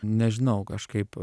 nežinau kažkaip